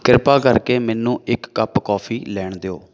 ਕਿਰਪਾ ਕਰਕੇ ਮੈਨੂੰ ਇੱਕ ਕੱਪ ਕੋਫ਼ੀ ਲੈਣ ਦਿਓ